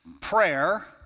prayer